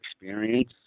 experience